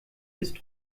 ist